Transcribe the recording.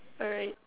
alright